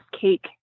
cake